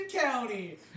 County